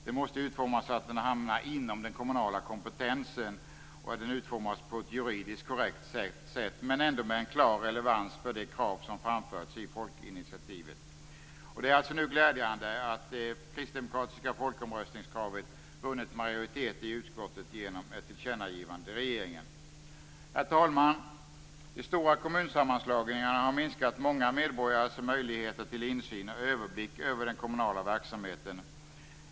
Den måste utformas så att den hamnar inom den kommunala kompetensen och så att den är juridiskt korrekt men ändå med en klar relevans för det krav som framförts i folkinitiativet. Det är glädjande att det kristdemokratiska folkomröstningskravet vunnit majoritet i utskottet genom ett tillkännagivande till regeringen. Herr talman! De stora kommunsammanslagningarna har minskat många medborgares möjligheter till insyn och överblick över den kommunala verksamheten.